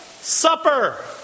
supper